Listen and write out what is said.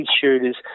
shooters